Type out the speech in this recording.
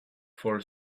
for